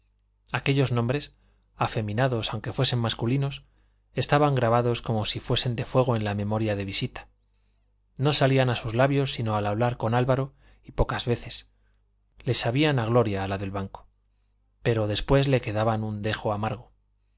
aquellos nombres afeminados aunque fuesen masculinos estaban grabados como si fuesen de fuego en la memoria de visita no salían a sus labios sino al hablar con álvaro y pocas veces le sabían a gloria a la del banco pero después le quedaba un dejo amargo